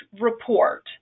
report